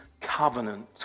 covenant